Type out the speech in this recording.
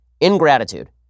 Ingratitude